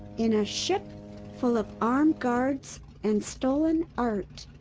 in a ship full of armed guards and stolen art.